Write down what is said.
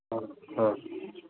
हाँ हाँ